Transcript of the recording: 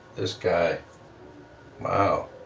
this guy wow,